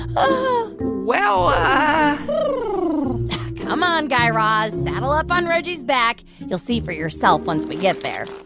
um well. come on, guy raz. saddle up on reggie's back. you'll see for yourself once we get there